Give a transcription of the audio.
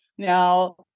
Now